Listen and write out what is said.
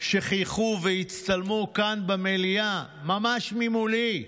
חייכו והצטלמו כאן במליאה, ממש ממולי,